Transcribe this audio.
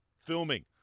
filming